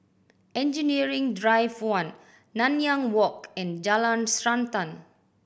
Engineering Drive One Nanyang Walk and Jalan Srantan